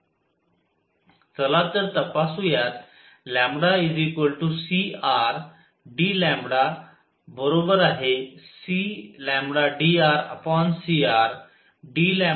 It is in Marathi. चला तर तापासुयात cr dλcdrcr dλcdrcr जे drrआहे